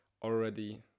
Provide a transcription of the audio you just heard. already